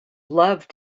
love